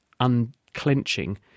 unclenching